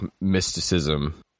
mysticism